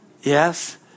Yes